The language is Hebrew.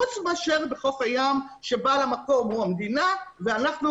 חוץ מאשר בחוף הים כשבעל המקום הוא המדינה ואנחנו